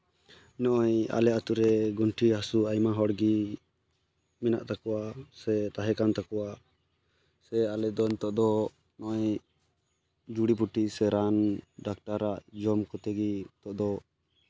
ᱱᱚᱜᱼᱚᱸᱭ ᱟᱞᱮ ᱟᱛᱳ ᱨᱮ ᱜᱚᱱᱴᱷᱮ ᱦᱟᱹᱥᱩ ᱟᱭᱢᱟ ᱦᱚᱲᱜᱮ ᱢᱮᱱᱟᱜ ᱛᱟᱠᱚᱣᱟ ᱥᱮ ᱛᱟᱦᱮᱸ ᱠᱟᱱ ᱛᱟᱠᱚᱣᱟ ᱥᱮ ᱟᱞᱮ ᱫᱚ ᱱᱤᱛᱚᱜ ᱫᱚ ᱱᱚᱜᱼᱚᱸᱭ ᱡᱩᱲᱤ ᱯᱩᱴᱤ ᱥᱮ ᱨᱟᱱ ᱰᱟᱠᱛᱟᱨᱟᱜ ᱡᱚᱢ ᱠᱚᱛᱮᱜᱮ ᱱᱤᱛᱚᱜ ᱫᱚ